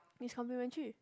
is complimentary